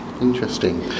Interesting